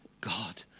God